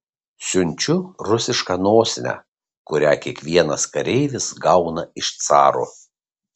siunčiu rusišką nosinę kurią kiekvienas kareivis gauna iš caro